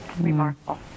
remarkable